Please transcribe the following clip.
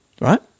Right